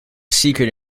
secret